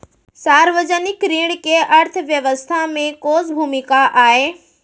सार्वजनिक ऋण के अर्थव्यवस्था में कोस भूमिका आय?